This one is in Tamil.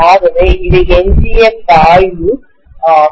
ஆகவே இது எஞ்சிய பாய்வுரெம்நண்ட் ஃப்ளக்ஸ் ஆகும்